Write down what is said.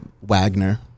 Wagner